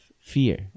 fear